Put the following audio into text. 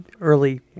early